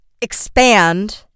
expand